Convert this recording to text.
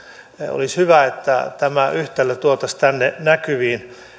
olisi hyvä että tämä yhtälö tuotaisiin tänne näkyviin